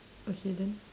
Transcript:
okay then